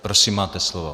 Prosím, máte slovo.